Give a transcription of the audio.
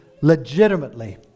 legitimately